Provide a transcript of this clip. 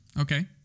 Okay